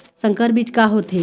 संकर बीज का होथे?